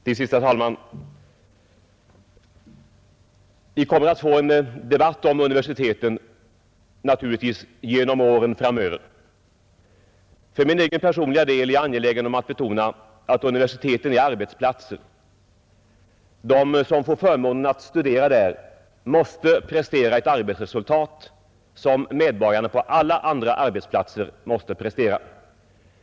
Till sist: Vi kommer naturligtvis, herr talman, att få en debatt om universiteten genom åren framöver. För min personliga del är jag angelägen om att betona att universiteten är arbetsplatser. De som får förmånen att studera där måste prestera ett arbetsresultat som medborgarna på alla andra arbetsplatser måste prestera.